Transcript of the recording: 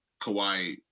Kawhi